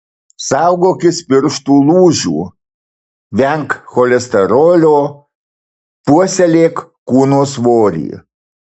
saugokis pirštų lūžių venk cholesterolio puoselėk kūno svorį